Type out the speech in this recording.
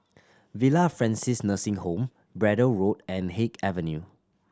Villa Francis Nursing Home Braddell Road and Haig Avenue